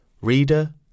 Reader